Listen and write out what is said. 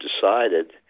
decided